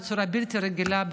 בצורה בלתי רגילה,